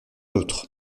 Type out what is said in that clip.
autre